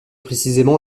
précisément